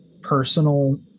personal